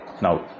Now